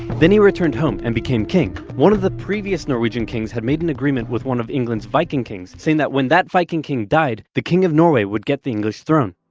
then he returned home, and became king. one of the previous norwegian kings had made an agreement with one of england's viking kings saying that when that viking king died, the king of norway would get the english throne.